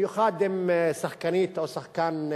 במיוחד אם שחקנית או שחקן,